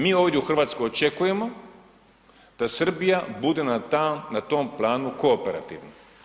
Mi ovdje u Hrvatskoj očekujemo da Srbija bude na tom planu kooperativna.